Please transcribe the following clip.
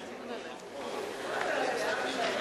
משפחות,